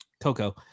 Coco